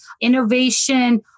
innovation